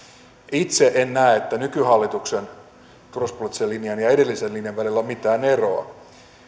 itse en näe että nykyhallituksen turvallisuuspoliittisen linjan ja edellisen linjan välillä olisi mitään eroa